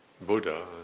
Buddha